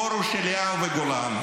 פרוש, אליהו וגולן.